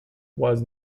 was